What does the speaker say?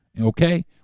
Okay